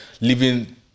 living